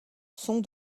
sont